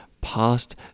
past